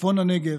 מצפון הנגב,